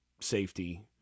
safety –